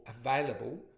available